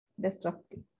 destructive